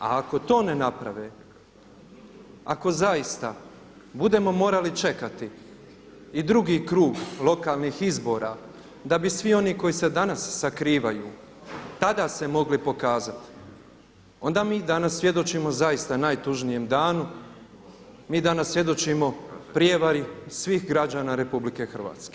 A ako to ne naprave, ako zaista budemo morali čekati i drugi krug lokalnih izbora da bi svi oni koji se danas sakrivaju tada se mogli pokazati, onda mi danas svjedočimo zaista najtužnijem danu, mi danas svjedočimo prijevari svih građana RH.